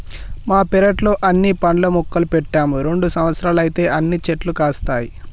మా పెరట్లో అన్ని పండ్ల మొక్కలు పెట్టాము రెండు సంవత్సరాలైతే అన్ని చెట్లు కాస్తాయి